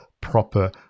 proper